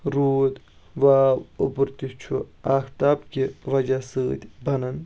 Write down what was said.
روٗد واو اوٚبُر تہِ چھُ آختابکہِ وجہ سۭتۍ بنان